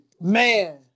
man